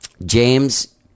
James